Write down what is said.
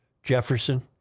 Jefferson